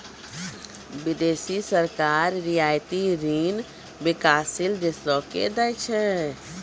बिदेसी सरकार रियायती ऋण बिकासशील देसो के दै छै